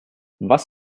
was